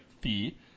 fee